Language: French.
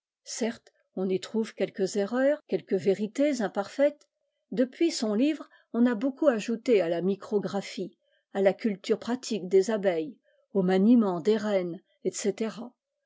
certes on y trouve quelques erreurs quelques vérités imparfaites depuis son livre on a beaucoup ajouté à la micrographie à la culture pratique des abeilles au maniement des reines etc